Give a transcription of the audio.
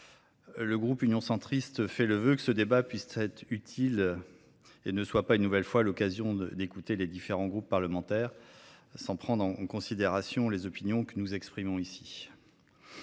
Le groupe Union Centriste forme le vœu que ce débat puisse être utile et ne soit pas, une nouvelle fois, l’occasion d’écouter les différents groupes parlementaires sans prendre en considération les opinions qu’ils expriment.